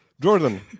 Jordan